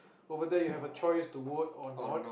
over there you have a choice to vote or not